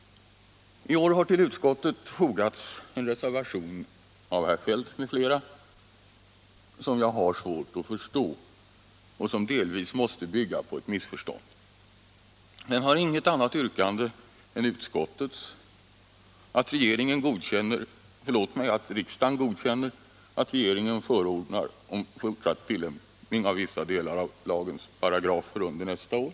I år har till utskottsbetänkandet fogats en reservation av herr Feldt m.fl., en reservation som jag har svårt att förstå och som delvis måste bygga på ett missförstånd. Man har inget annat yrkande än utskottet, nämligen att riksdagen godkänner att regeringen förordnar om fortsatt tillämpning av vissa delar av lagens paragrafer under nästa år.